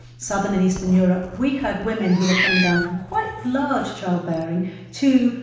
southern and eastern europe, we had women who were coming down from quite large childbearing to,